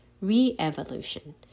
re-evolution